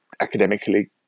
academically